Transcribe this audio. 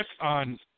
on